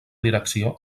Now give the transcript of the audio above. direcció